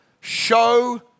show